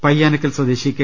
പയ്യാനക്കൽ സ്വദേശി കെ